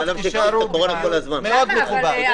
--- מאוד מכובד, מאוד מכובד.